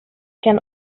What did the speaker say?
can